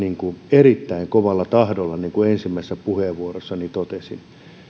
erittäin kovalla tahdolla niin kuin ensimmäisessä puheenvuorossani totesin